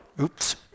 Oops